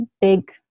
big